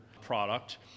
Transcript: product